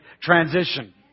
transition